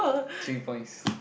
three points